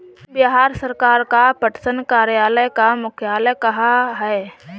बिहार सरकार का पटसन कार्यालय का मुख्यालय कहाँ है?